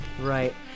right